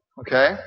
okay